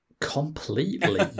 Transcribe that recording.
Completely